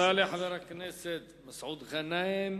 תודה לחבר הכנסת מסעוד גנאים.